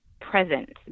present